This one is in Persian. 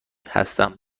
هستم